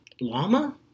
llama